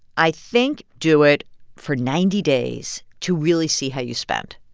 i think do it for ninety days to really see how you spend.